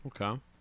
Okay